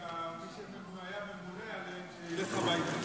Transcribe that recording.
שמי שהיה ממונה עליהם שילך הביתה.